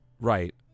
Right